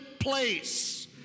Place